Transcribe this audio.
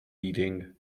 meeting